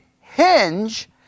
hinge